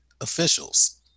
officials